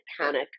panic